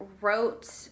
wrote